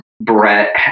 Brett